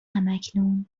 هماکنون